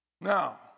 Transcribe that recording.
Now